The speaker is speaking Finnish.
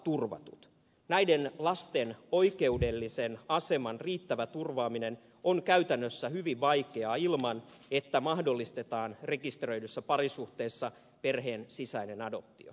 näiden lasten oikeudellisen aseman riittävä turvaaminen on käytännössä hyvin vaikeaa ilman että mahdollistetaan rekisteröidyssä parisuhteessa perheen sisäinen adoptio